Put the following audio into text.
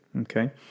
okay